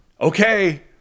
Okay